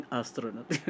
astronaut